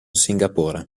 singapore